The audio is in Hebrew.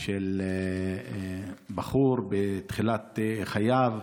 בחור בתחילת חייו,